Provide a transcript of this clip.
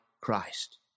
Christ